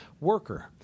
worker